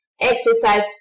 exercise